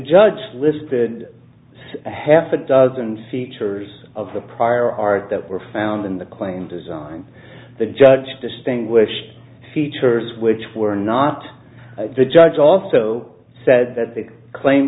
judge listed half a dozen features of the prior art that were found in the claim designed the judge distinguish features which were not the judge also said that the claim